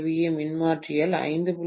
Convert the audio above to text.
2 kVA மின்மாற்றியில் 5